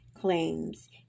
claims